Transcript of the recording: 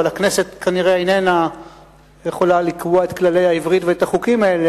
אבל הכנסת כנראה איננה יכולה לקבוע את כללי העברית ואת החוקים האלה,